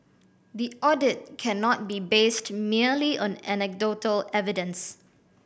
the audit cannot be based merely on anecdotal evidence